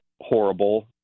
horrible